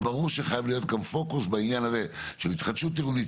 ברור שחייב להיות כאן פוקוס בעניין הזה של התחדשות עירונית,